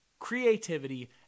creativity